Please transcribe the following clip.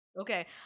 Okay